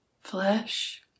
flesh